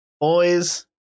boys